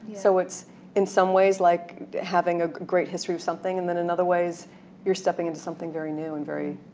so it's in some ways like having a great history with something and then in other ways you're stepping into something very new and very,